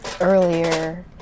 earlier